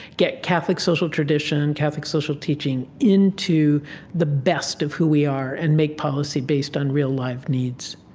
get catholic social tradition, catholic social teaching into the best of who we are and make policy based on real life needs.